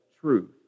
truth